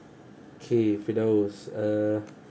okay firdaus uh